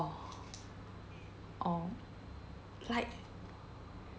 orh like